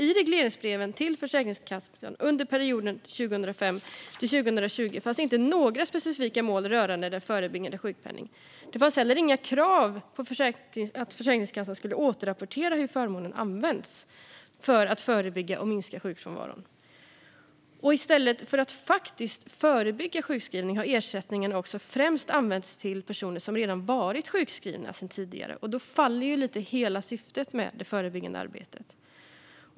I regleringsbreven till Försäkringskassan under perioden 2005-2020 fanns inte några specifika mål rörande den förebyggande sjukpenningen. Det fanns inte heller några krav på att Försäkringskassan skulle återrapportera hur förmånen används för att förebygga och minska sjukfrånvaron. I stället för att faktiskt förebygga sjukskrivning har ersättningarna dessutom främst använts till personer som redan har varit sjukskrivna sedan tidigare, och då faller ju lite grann hela syftet med det förebyggande arbetet.